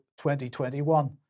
2021